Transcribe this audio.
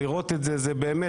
לראות את זה זה באמת,